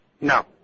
No